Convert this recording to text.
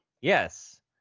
Yes